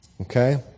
Okay